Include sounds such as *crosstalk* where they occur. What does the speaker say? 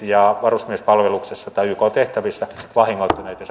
*unintelligible* ja varusmiespalveluksessa tai yk tehtävissä vahingoittuneiden ja *unintelligible*